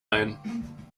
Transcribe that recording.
ein